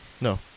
No